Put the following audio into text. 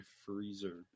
freezer